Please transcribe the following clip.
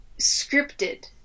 scripted